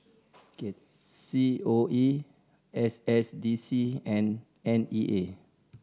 C O E S S D C and N E A